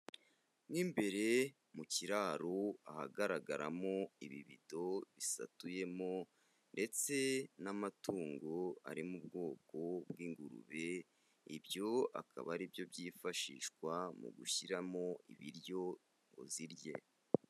Mo imbere mu kiraro ahagaragaramo ibibido bisatuyemo ndetse n'amatungo ari mu bwoko bw'ingurube, ibyo akaba ari byo byifashishwa mu gushyiramo ibiryo ngo zirye.